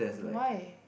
why